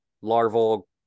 Larval